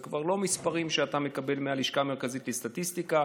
זה כבר לא מספרים שאתה מקבל מהלשכה המרכזית לסטטיסטיקה,